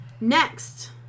Next